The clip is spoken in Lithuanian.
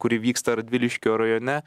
kuri vyksta radviliškio rajone